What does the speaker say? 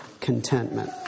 contentment